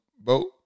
boat